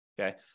okay